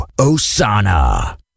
Osana